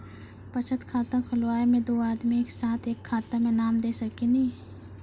बचत खाता खुलाए मे दू आदमी एक साथ एके खाता मे नाम दे सकी नी?